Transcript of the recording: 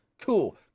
cool